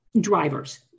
drivers